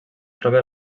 troba